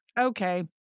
okay